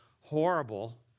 horrible